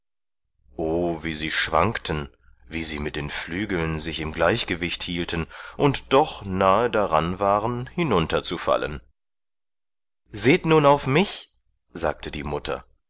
wie sie schwankten wie sie mit den flügeln sich im gleichgewicht hielten und doch nahe daran waren hinunter zu fallen seht nun auf mich sagte die mutter